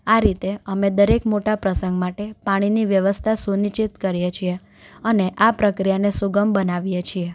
આ રીતે અમી દરેક મોટા પ્રસંગ માટે પાણીની વ્યવસ્થા સુનીશ્ચિત કરીએ છીએ અને આ પ્રક્રિયાને સુગમ બનાવીએ છીએ